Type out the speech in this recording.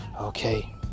Okay